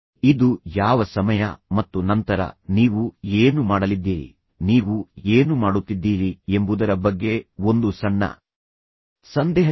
ಇದು ಯಾವ ಸಮಯ ಮತ್ತು ನಂತರ ನೀವು ಏನು ಮಾಡಲಿದ್ದೀರಿ ನೀವು ಏನು ಮಾಡುತ್ತಿದ್ದೀರಿ ಎಂಬುದರ ಬಗ್ಗೆ ಒಂದು ಸಣ್ಣ ಸಂದೇಹವಿದೆ